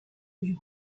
lieu